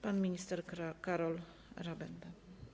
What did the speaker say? Pan minister Karol Rabenda.